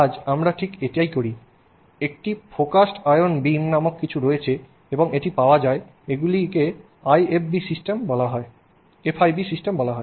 আজ আমরা ঠিক এটিই করি একটি ফোকাসড আয়ন বীম নামক কিছু রয়েছে এবং এটি পাওয়া যায় এগুলিকে এফআইবি সিস্টেম বলা হয়